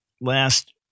last